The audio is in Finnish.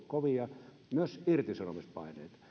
kovia lomautuspaineita myös irtisanomispaineita